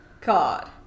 God